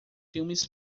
filmes